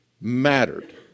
mattered